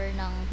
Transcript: ng